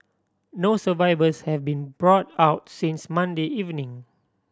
no survivors have been brought out since Monday evening